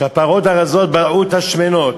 שהפרות הרזות בלעו את הפרות השמנות.